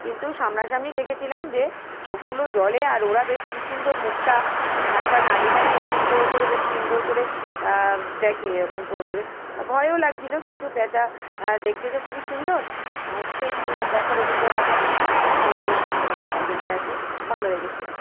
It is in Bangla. কিন্তু সামনাসামনি দেখেছিলাম যে চোখগুলো জলে আর ওরা বেশ কি সুন্দর মুখটা ঘাটটা নাড়িয়ে নাড়িয়ে এরকম করেো করে বেশ সুন্দর করে দেখে এরকম করেো করে ভয়ও লাগছিলো কিন্তু প্যাঁচা দেখতে তো খুবই সুন্দর সেই দেখার অভিজ্ঞতাটা ভালো বেশ মনে গেঁথে আছে ভালো লেগেছিলো